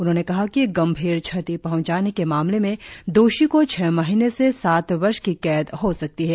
उन्होंने कहा कि गंभीर क्षति पहंचाने के मामले में दोषी को छह महीने से सात वर्ष की कैद हो सकती है